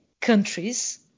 countries